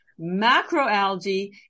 Macroalgae